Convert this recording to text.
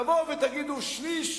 תבואו ותגידו: שליש